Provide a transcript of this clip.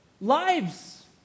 lives